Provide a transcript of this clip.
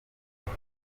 ati